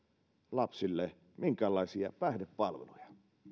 lapsille käytännössä minkäänlaisia päihdepalveluja